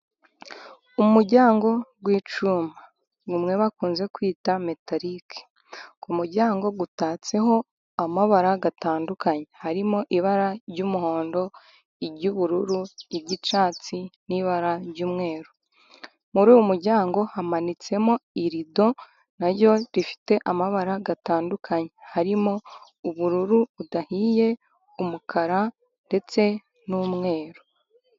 Umuryango w'icyuma bamwe bakunze kwita metalike ku muryango utatseho amabara gatandukanye. harimo ibara ry'umuhondo ,ry'ubururu ry'cyatsi n'ibara ry'umweru muri uwo muryango hamanitsemo irido naryo rifite amabara gatandukanye. harimo ubururu budahiye, umukara ndetse n'umweru.